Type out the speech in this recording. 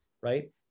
right